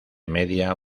media